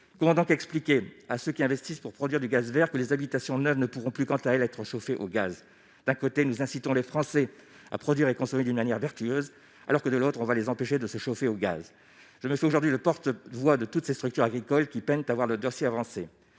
comment donc expliquer à ceux qui investissent pour produire du gaz vers que les habitations neuves ne pourront plus, quant à elle être chauffé au gaz d'un côté nous incitant les Français à produire et consommer, d'une manière vertueuse alors que de l'autre, on va les empêcher de se chauffer au gaz, je ne suis aujourd'hui le porte-voix de toutes ces structures agricoles qui peine à voir le dossier avancer,